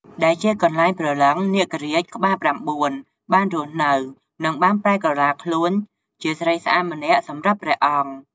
ដែលជាកនែ្លងព្រលឹង នាគរាជក្បាល៩ បានរស់នៅ និងបានប្រែក្រទ្បាខ្លួនជាស្រីស្អាតម្នាក់សម្រាប់ព្រះអង្គ។